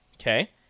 Okay